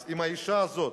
אז אם האשה הזאת,